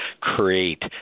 create